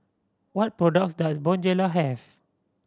what products does Bonjela have